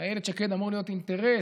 לאילת שקד אמור להיות אינטרס